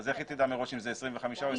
אז איך היא תדע אם זה 25 או 26?